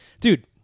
dude